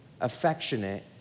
affectionate